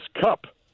cup